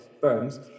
firms